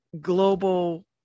global